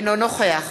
אינו נוכח